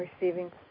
receiving